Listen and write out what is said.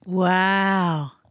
Wow